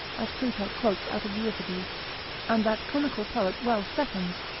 as plutarch quotes out of euripides, and that comical poet well seconds,